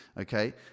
okay